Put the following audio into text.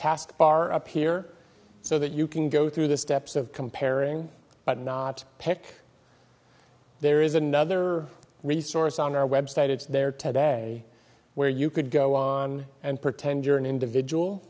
task bar up here so that you can go through the steps of comparing but not pick there is another resource on our website it's there today where you could go on and pretend you're an individual